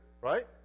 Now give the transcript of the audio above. right